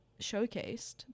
showcased